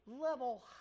level